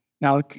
Now